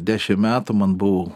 dešim metų man buvo